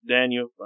Daniel